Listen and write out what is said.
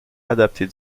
adaptée